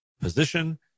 position